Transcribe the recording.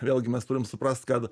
vėlgi mes turim suprast kad